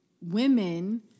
women